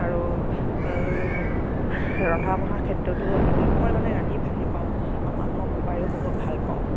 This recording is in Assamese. আৰু ৰন্ধা বঢ়াৰ ক্ষেত্ৰতো মই মানে ৰান্ধি ভালেই পাওঁ আৰু মানুহক খোৱাইও বহুত ভাল পাওঁ